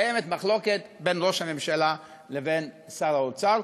קיימת מחלוקת בין ראש הממשלה לבין שר האוצר,